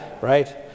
right